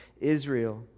Israel